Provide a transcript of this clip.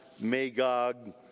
Magog